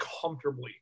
comfortably